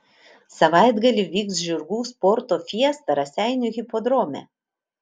savaitgalį vyks žirgų sporto fiesta raseinių hipodrome